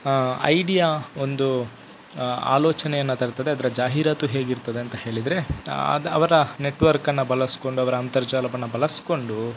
idea ಒಂದು ಆಲೋಚನೆಯನ್ನು ತರ್ತದೆ ಅದರ ಜಾಹೀರಾತು ಹೇಗಿರ್ತದೆ ಅಂತ ಹೇಳಿದ್ರೆ ಅದು ಅವರ ನೆಟ್ವರ್ಕನ್ನು ಬಳಸ್ಕೊಂಡು ಅವರ ಅಂತರ್ಜಾಲವನ್ನು ಬಳಸ್ಕೊಂಡು